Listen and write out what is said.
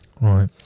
right